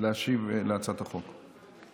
להשיב להצעת החוק.